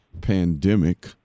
pandemic